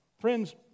Friends